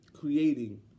creating